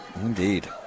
Indeed